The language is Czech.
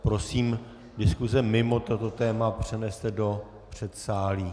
Prosím diskuse mimo toto téma přeneste do předsálí.